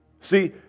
See